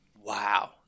wow